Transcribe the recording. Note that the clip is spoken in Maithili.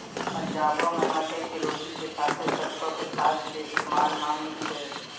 पंजाबो मे मकई के रोटी के साथे सरसो के साग के इस्तेमाल नामी छै